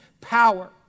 power